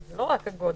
אבל זה לא רק הגודל,